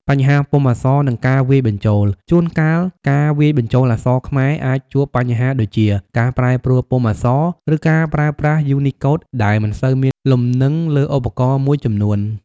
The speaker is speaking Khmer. បញ្ហាពុម្ពអក្សរ និងការវាយបញ្ចូល ជួនកាលការវាយបញ្ចូលអក្សរខ្មែរអាចជួបបញ្ហាដូចជាការប្រែប្រួលពុម្ពអក្សរ ឬការប្រើប្រាស់យូនីកូដដែលមិនសូវមានលំនឹងលើឧបករណ៍មួយចំនួន។